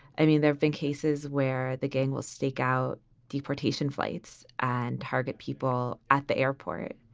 i mean, there've been cases where the gang will stake out deportation flights and target people at the airport